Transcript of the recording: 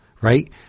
right